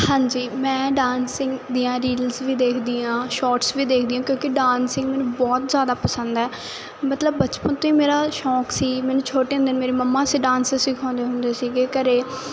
ਹਾਂਜੀ ਮੈਂ ਡਾਂਸਿਗ ਦੀਆਂ ਰੀਲਸ ਵੀ ਦੇਖਦੀ ਆਂ ਸ਼ੋਰਟਸ ਵੀ ਦੇਖਦੀ ਹੈ ਕਿਉਂਕਿ ਡਾਂਸਿੰਗ ਬਹੁਤ ਜਿਆਦਾ ਪਸੰਦ ਹੈ ਮਤਲਬ ਬਚਪਨ ਤੇ ਮੇਰਾ ਸ਼ੌਂਕ ਸੀ ਮੈਨੂੰ ਛੋਟੇ ਹੁੰਦੇ ਮੇਰੇ ਮਮਾ ਅਸੀ ਡਾਂਸ ਸਿਖਾਉਂਦੇ ਹੁੰਦੇ ਸੀ ਘਰੇ